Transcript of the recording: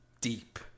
deep